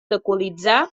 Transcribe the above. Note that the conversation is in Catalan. algunes